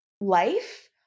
life